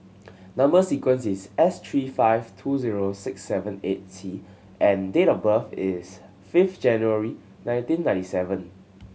number sequence is S three five two zero six seven eight T and date of birth is fifth January nineteen ninety seven